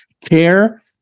care